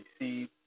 receive